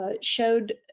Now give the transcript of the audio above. showed